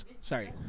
Sorry